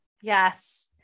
Yes